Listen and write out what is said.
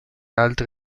altri